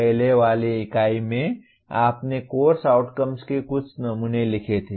पहले वाली इकाई में आपने कोर्स आउटकम्स के कुछ नमूने लिखे थे